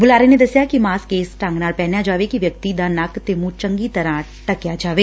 ਬੁਲਾਰੇ ਨੇ ਦੱਸਿਆ ਕਿ ਮਾਸੱਕ ਇਸ ਢੰਗ ਨਾਲ ਪਹਿਨਿਆ ਜਾਵੇ ਕਿ ਵਿਅਕਤੀ ਦਾ ਨੱਕ ਤੇ ਮੁੰਹ ਚੰਗੀ ਤਰੁਾਂ ਢੱਕ ਜਾਵੇ